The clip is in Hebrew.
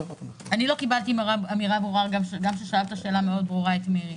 לא קיבלתי אמירה ברורה גם כששאלת שאלה מאוד ברורה את מירי